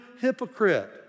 hypocrite